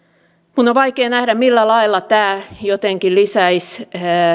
minun on vaikea nähdä millä lailla tämä jotenkin lisäisi